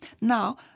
now